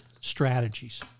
strategies